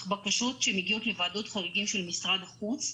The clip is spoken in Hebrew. בקשות שמגיעות לוועדות חריגים של משרד החוץ.